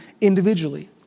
individually